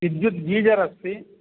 विद्युत् गीजर् अस्ति